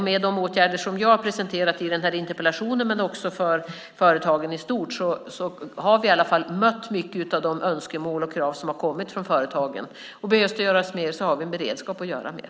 Med de åtgärder som jag presenterar i interpellationssvaret men också för företagen i stort har vi i alla fall mött mycket av de önskemål och krav som har kommit från företagen. Om det behöver göras mer har vi en beredskap för att göra mer.